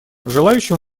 желающим